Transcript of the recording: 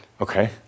Okay